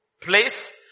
place